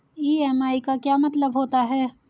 EMI का क्या मतलब होता है?